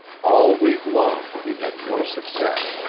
all week long he had no success,